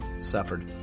suffered